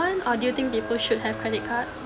or do you think people should have credit cards